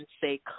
say